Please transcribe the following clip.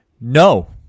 no